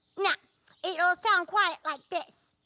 now it'll sound quiet like this.